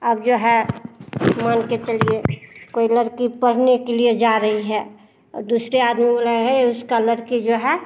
अब जो है मान के चलिए कोई लड़की पढ़ने के लिए जा रही है और दूसरे आदमी बोला हे उसका लड़की जो है